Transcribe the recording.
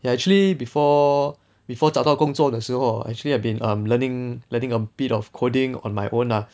eh actually before before 找到工作的时候 actually I've been um learning learning a bit of coding on my own lah